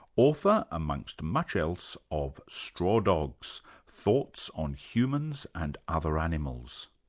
author, amongst much else, of straw dogs thoughts on humans and other animals.